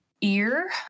Ear